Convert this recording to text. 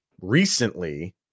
recently